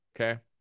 okay